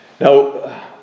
Now